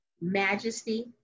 majesty